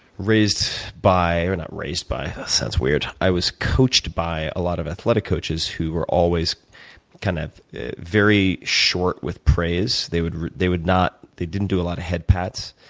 raised by or not raised by, sounds weird i was coached by a lot of athletic coaches who were always kind of very short with praise. they would they would not, they didn't do a lot of head pats.